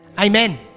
Amen